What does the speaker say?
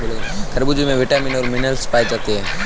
खरबूजे में विटामिन और मिनरल्स पाए जाते हैं